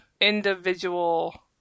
individual